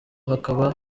hakaba